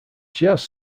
jazz